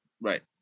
Right